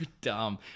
dumb